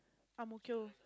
Ang-Mo-Kio